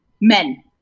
men